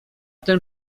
ten